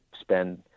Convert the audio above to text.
spend